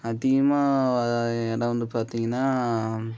அதிகமாக இடம் வந்து பார்த்தீங்கன்னா